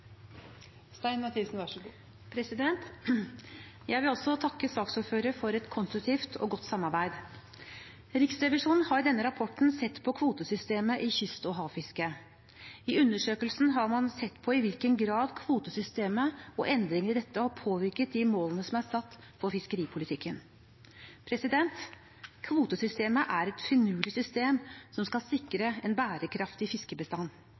Jeg vil også takke saksordføreren for et konstruktivt og godt samarbeid. Riksrevisjonen har i denne rapporten sett på kvotesystemet i kyst- og havfisket. I undersøkelsen har man sett på i hvilken grad kvotesystemet og endringer i dette har påvirket de målene som er satt for fiskeripolitikken. Kvotesystemet er et finurlig system som skal sikre en bærekraftig fiskebestand.